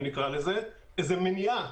איזו מניעה,